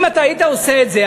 אם אתה היית עושה את זה,